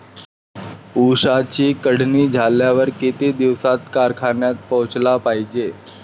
ऊसाची काढणी झाल्यावर किती दिवसात कारखान्यात पोहोचला पायजे?